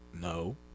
No